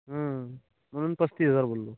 म्हणून पस्तीस हजार बोललो